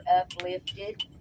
uplifted